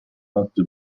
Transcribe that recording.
notte